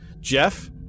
jeff